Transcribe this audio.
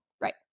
Right